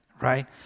right